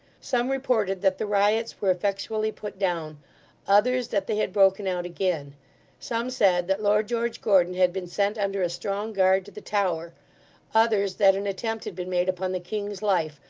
some reported that the riots were effectually put down others that they had broken out again some said that lord george gordon had been sent under a strong guard to the tower others that an attempt had been made upon the king's life,